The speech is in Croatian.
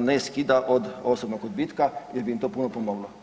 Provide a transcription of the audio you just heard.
ne skida od osobnog odbitka jer bi im to puno pomoglo.